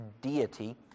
deity